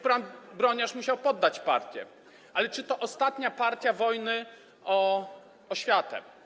Pan Broniarz musiał poddać partię, ale czy to ostatnia partia wojny o oświatę?